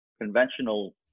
conventional